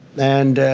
and,